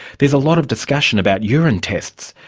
there's a lot of discussion about urine tests.